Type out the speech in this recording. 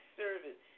service